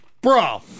bro